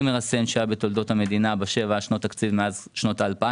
מרסן שהיה בתולדות המדינה מאז שנת 2000,